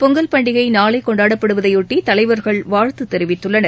பொங்கல் பண்டிகை நாளை கொண்டாடப்படுவதையொட்டி தலைவர்கள் வாழ்த்து தெரிவித்துள்ளனர்